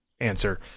answer